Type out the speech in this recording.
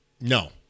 No